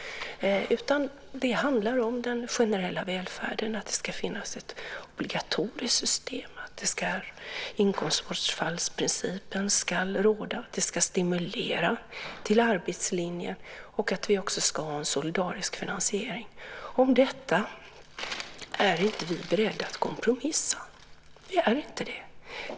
Det handlar om den generella välfärden, att det ska finnas ett obligatoriskt system, att inkomstbortfallsprincipen ska råda, att det ska stimulera till arbetslinjen och att vi också ska ha en solidarisk finansiering. Om detta är vi inte beredda att kompromissa. Vi är inte det.